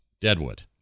Deadwood